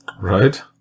Right